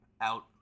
out